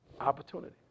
Opportunity